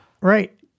right